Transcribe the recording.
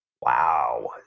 Wow